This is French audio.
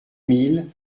mille